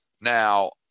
Now